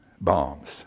bombs